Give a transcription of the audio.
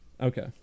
Okay